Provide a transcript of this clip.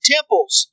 Temples